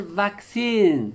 vaccine